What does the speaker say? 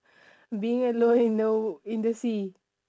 being alone in the in the sea